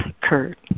Kurt